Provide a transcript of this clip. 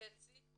מוקד שיא.